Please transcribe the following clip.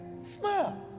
Smile